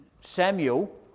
Samuel